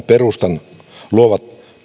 perustan luovat